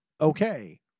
okay